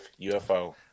UFO